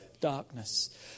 darkness